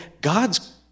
God's